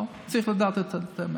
צריך לדעת את האמת.